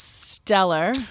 Stellar